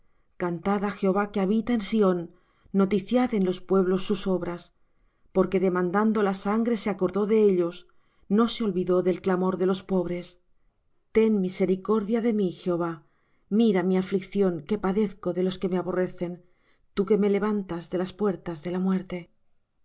á jehová que habita en sión noticiad en los pueblos sus obras porque demandando la sangre se acordó de ellos no se olvidó del clamor de los pobres ten misericordia de mí jehová mira mi aflicción que padezco de los que me aborrecen tú que me levantas de las puertas de la muerte